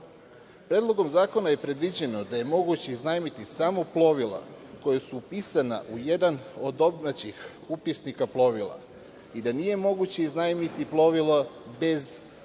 zastavom. Predlogom zakona je predviđeno da je moguće iznajmiti samo plovila koja su upisana u jedan od domaćih upisnika plovila i da nije moguće iznajmiti plovilo bez posade,